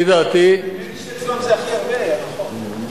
האמת היא שאצלם זה הכי הרבה, זה נכון.